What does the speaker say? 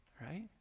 Right